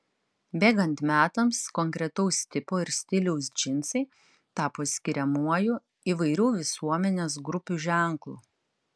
bėgant metams konkretaus tipo ir stiliaus džinsai tapo skiriamuoju įvairių visuomenės grupių ženklu